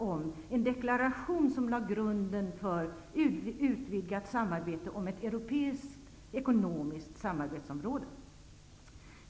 om en deklaration som lade grunden för ett utvidgat samarbete i form av ett europeiskt ekonomiskt samarbetsområde.